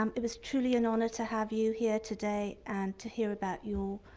um it was truly an honor to have you here today and to hear about your